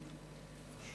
חשוב.